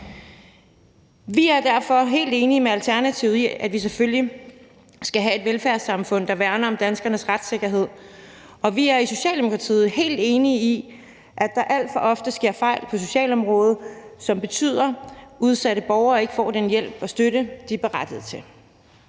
Vi er derfor helt enige med Alternativet i, at vi selvfølgelig skal have et velfærdssamfund, der værner om danskernes retssikkerhed, og vi er i Socialdemokratiet helt enige i, at der alt for ofte sker fejl på socialområdet, som betyder, at udsatte borgere ikke får den hjælp og støtte, de er berettiget til.